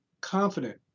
confident